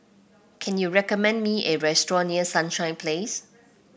can you recommend me a restaurant near Sunshine Place